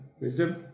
Wisdom